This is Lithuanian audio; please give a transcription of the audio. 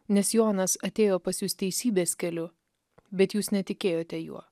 nes jonas atėjo pas jus teisybės keliu bet jūs netikėjote juo